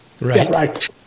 Right